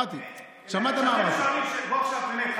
עכשיו באמת,